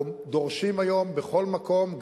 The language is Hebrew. אנחנו דורשים היום בכל מקום,